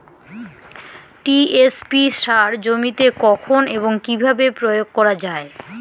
TSP সার জমিতে কখন এবং কিভাবে প্রয়োগ করা য়ায়?